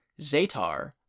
Zatar